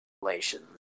relations